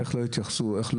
לא התייחסו אליהם בכלל,